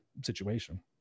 situation